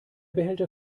behälter